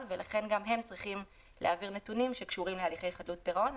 ולכן גם הם צריכים להעביר נתונים שקשורים להליכי חדלות פירעון.